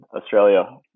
Australia